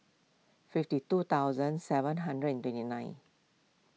fifty two thousand seven hundred and twenty nine